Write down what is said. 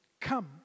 come